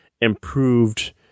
improved